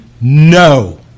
No